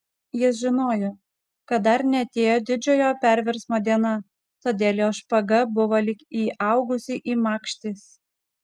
jis žinojo kad dar neatėjo didžiojo perversmo diena todėl jo špaga buvo lyg įaugusi į makštis